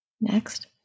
Next